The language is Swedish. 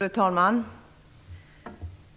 Fru talman!